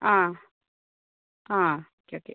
ആ ആ okay okay